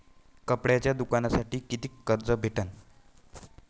कापडाच्या दुकानासाठी कितीक कर्ज भेटन?